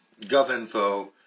GovInfo